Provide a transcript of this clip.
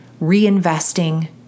reinvesting